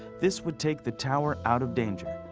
this would take the tower out of danger,